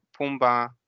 Pumba